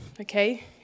okay